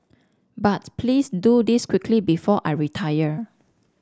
but please do this quickly before I retire